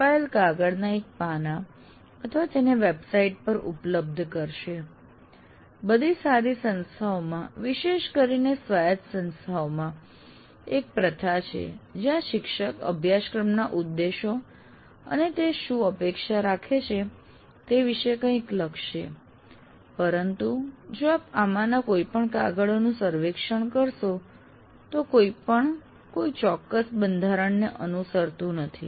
છપાયેલ કાગળના એક પાનાં અથવા તેને વેબસાઇટ પર ઉપલબ્ધ કરશે બધી સારી સંસ્થાઓમાં વિશેષ કરીને સ્વાયત્ત સંસ્થાઓમાં એક પ્રથા છે જ્યાં શિક્ષક અભ્યાસક્રમના ઉદ્દેશો અને તે શું અપેક્ષા રાખે છે તે વિશે કંઈક લખશે પરંતુ જો આપ આમાંના કોઈપણ કાગળોનું સર્વેક્ષણ કરો તો કોઈ પણ કોઈ ચોક્કસ બંધારણને અનુસરતું નથી